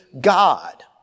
God